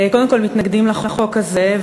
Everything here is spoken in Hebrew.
קודם כול מתנגדים לחוק הזה,